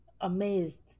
amazed